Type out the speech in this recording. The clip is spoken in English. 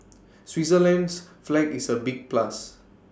Switzerland's flag is A big plus